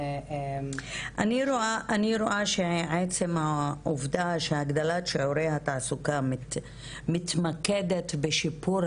אני רואה שעצם העובדה שהגדלת שיעורי התעסוקה מתמקדת בשיפור